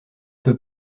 peut